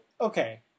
okay